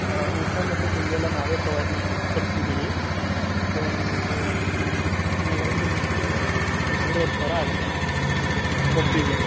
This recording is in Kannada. ಊಟ ಮತ್ತು ತಿಂಡಿ ಎಲ್ಲ ನಾವೇ ಪ್ರೊವೈಡ್ ಮಾಡ್ತೀವಿ ಕೊಡ್ತೀವಿ ಸೊ ನಿಮಗೆ ಒಂದು ಎರಡು ದಿನಕ್ಕೆ ಒಂದು ಮೂರುವರೆ ಸಾವಿರ ಆಗತ್ತೆ ಒಬ್ಬರಿಗೆ